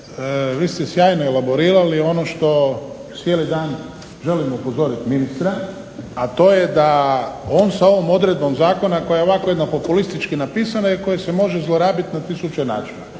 vi ste sjajno elaborirali ono što cijeli dan želim upozorit ministra a to je da on sa ovom odredbom zakona koja je ovako jedna populistički napisana i koja se može zlorabit na tisuće načina.